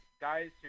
guys